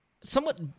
somewhat